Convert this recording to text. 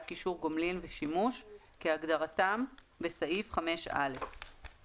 קישור גומלין ושימוש כהגדרתם בסעיף 5(א);